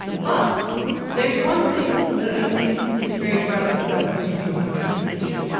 but there is one thing that i think is very right about the social contract tradition.